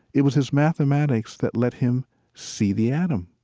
it was his mathematics that let him see the atom.